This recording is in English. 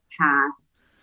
passed